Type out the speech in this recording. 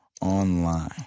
online